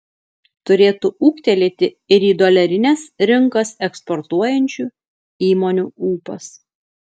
turėtų ūgtelėti ir į dolerines rinkas eksportuojančių įmonių ūpas